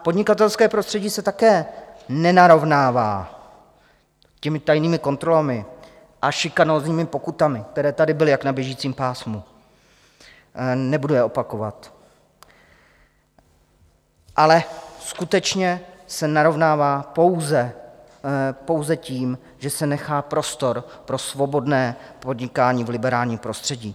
A podnikatelské prostředí se také nenarovnává těmi tajnými kontrolami a šikanózními pokutami, které tady byly jak na běžícím pásu, nebudu je opakovat, ale skutečně se narovnává pouze, pouze tím, že se nechá prostor pro svobodné podnikání v liberálním prostředí.